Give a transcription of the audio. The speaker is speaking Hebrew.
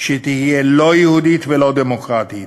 שתהיה לא יהודית ולא דמוקרטית.